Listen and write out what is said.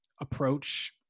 approach